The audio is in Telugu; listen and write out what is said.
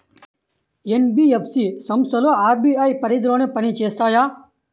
ఎన్.బీ.ఎఫ్.సి సంస్థలు అర్.బీ.ఐ పరిధిలోనే పని చేస్తాయా?